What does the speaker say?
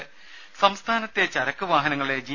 രദേശ സംസ്ഥാനത്തെ ചരക്കു വാഹനങ്ങളെ ജി